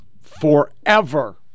forever